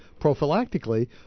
prophylactically